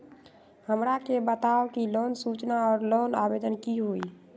हमरा के बताव कि लोन सूचना और लोन आवेदन की होई?